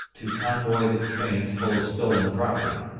to convoy the trains full of stolen property.